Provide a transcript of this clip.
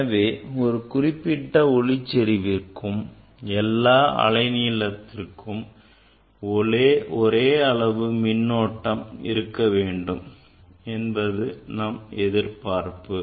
எனவே ஒரு குறிப்பிட்ட ஒளிச்செறிவுக்கு எல்லா அலை நீளத்திற்கும் ஒரே அளவு மின்னோட்டம் இருக்க வேண்டும் என்பது நம் எதிர்பார்ப்பு